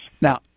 Now